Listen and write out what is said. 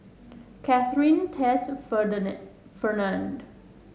Katharyn Tess and Fernand